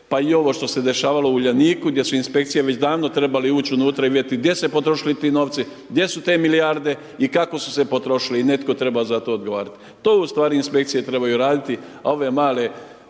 pa i ovo što se dešavalo u Uljaniku gdje su inspekcije već davno trebale ući unutra i vidjeti gdje su se potrošili ti novci, gdje su te milijarde i kako su se potrošile i netko treba za to odgovarati. To u stvari inspekcije trebaju raditi, a ove male